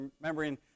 remembering